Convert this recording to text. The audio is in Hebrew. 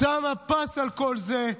שמה פס על כל זה.